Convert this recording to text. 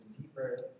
deeper